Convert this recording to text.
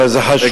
אבל זה חשוב,